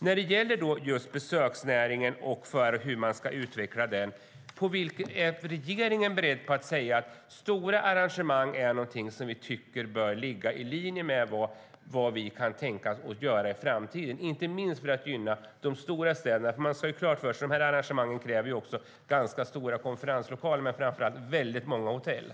När det gäller besöksnäringen och hur den ska utvecklas vill jag fråga: Är regeringen beredd att säga att stora arrangemang är sådant som bör ligga i linje med vad vi kan tänkas göra i framtiden, inte minst för att gynna de stora städerna? Vi ska ha klart för oss att sådana arrangemang kräver ganska stora konferenslokaler och framför allt väldigt många hotellrum.